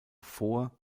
vor